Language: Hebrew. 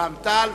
רע"ם-תע"ל,